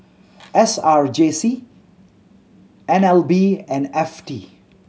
S R J C N L B and F T